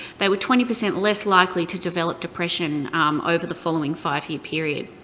they were twenty percent less likely to develop depression over the following five-year period.